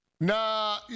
Nah